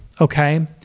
okay